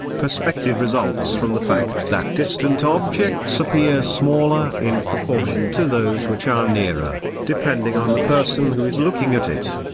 perspective results from the fact that distant objects appear smaller in proportion to those which are nearer, depending on the person who is looking at it.